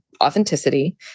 authenticity